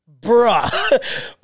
bruh